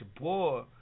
boy